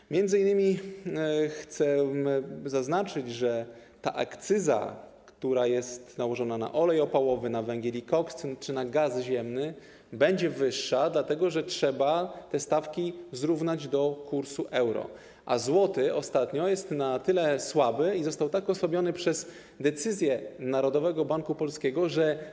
Chcę m.in. zaznaczyć, że akcyza, która jest nałożona na olej opałowy, węgiel i koks czy gaz ziemny, będzie wyższa, dlatego że trzeba te stawki zrównać, dostosować do kursu euro, a złoty ostatnio jest na tyle słaby i został tak osłabiony przez decyzje Narodowego Banku Polskiego, że.